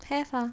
大方